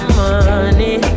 money